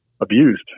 abused